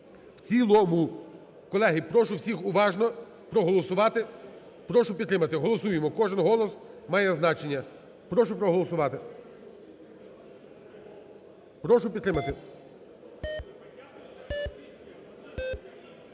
в цілому. Колеги, прошу всіх уважно проголосувати. Прошу підтримати. Голосуємо! Кожен голос має значення. Прошу проголосувати, прошу підтримати.